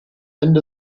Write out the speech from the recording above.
end